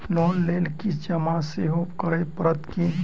Loan लेल किछ जमा सेहो करै पड़त की?